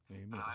Amen